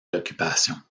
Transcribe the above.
l’occupation